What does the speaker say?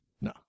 No